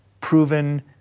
proven